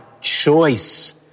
choice